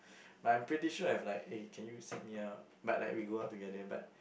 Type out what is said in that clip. but I'm pretty sure I've like eh can you set me up but like we go out together but